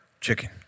chicken